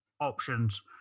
options